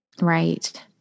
Right